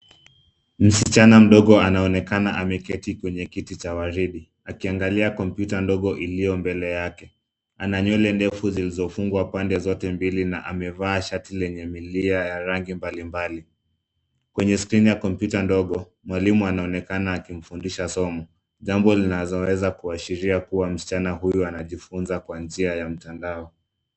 Msichana mdogo anaonekana ameketi kwenye kiti cha waridi akiangalia kompyuta ndogo iliyo mbele yake. Ana nywele ndefu zilizofungwa pande zote mbili na amevaa shati lenye milia ya rangi mbalimbali. Kwenye skrini ya kompyuta ndogo, mwalimu anaonekana akimfundisha somo, jambo linaloweza kuashiria kuwa msichana huyu anajifunza kwa njia ya mtandao.